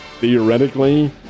theoretically